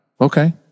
Okay